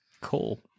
Cool